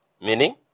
Meaning